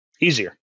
Easier